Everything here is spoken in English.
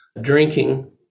drinking